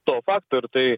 to fakto ir tai